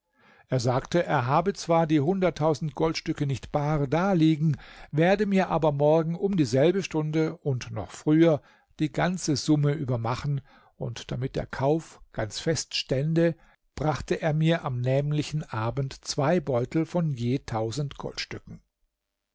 er sagte er habe zwar die hunderttausend goldstücke nicht bar daliegen werde mir aber morgen um dieselbe stunde und noch früher die ganze summe übermachen und damit der kauf ganz fest stände brachte er mir am nämlichen abend zwei beutel von je tausend goldstücken